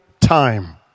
time